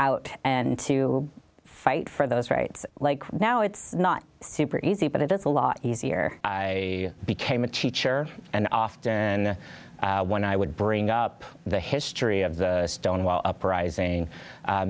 out and to fight for those rights like now it's not super easy but it is a lot easier a became a teacher and often when i would bring up the history of the stonewall uprising